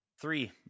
Three